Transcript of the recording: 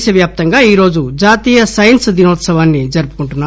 దేశ వ్యాప్తంగా ఈరోజు జాతీయ సైన్స్ దినోత్సవాన్ని జరుపుకుంటున్నారు